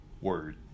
Word